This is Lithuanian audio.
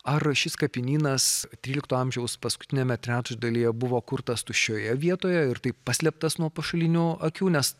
ar šis kapinynas trylikto amžiaus paskutiniame trečdalyje buvo kurtas tuščioje vietoje ir taip paslėptas nuo pašalinių akių nes